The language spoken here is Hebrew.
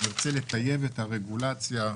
נרצה לטייב את הרגולציה.